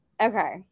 Okay